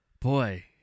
Boy